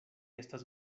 estas